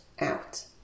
out